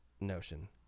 notion